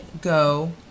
go